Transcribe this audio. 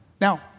Now